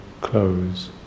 close